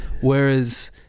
Whereas